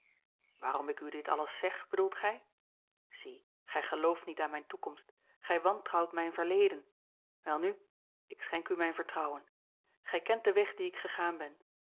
waarom ik u dit alles zeg bedoelt gij zie gij gelooft niet aan mijne toekomst gij wantrouwt mijn verleden welnu ik schenk u mijn vertrouwen gij kent den weg dien ik gegaan ben